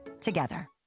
together